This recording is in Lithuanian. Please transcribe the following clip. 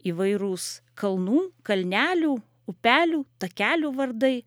įvairūs kalnų kalnelių upelių takelių vardai